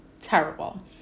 Terrible